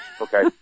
Okay